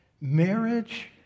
Marriage